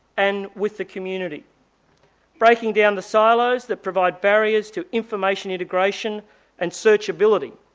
and with the community breaking down the silos that provide barriers to information integration and searchability,